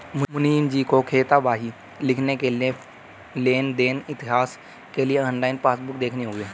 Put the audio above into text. मुनीमजी को खातावाही लिखने के लिए लेन देन इतिहास के लिए ऑनलाइन पासबुक देखनी होगी